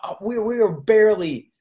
ah we we are barely,